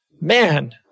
Man